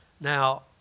Now